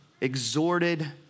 exhorted